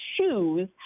choose